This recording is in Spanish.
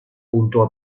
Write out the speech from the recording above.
punto